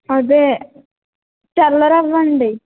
అదే తెల్ల రవ్వండి